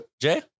Jay